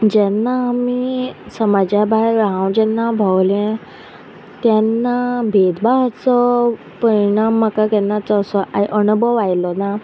जेन्ना आमी समाजा भायर हांव जेन्ना भोंवलें तेन्ना भेदभावाचो परिणाम म्हाका केन्नाचो असो अणभव आयलो ना